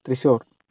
Thrissur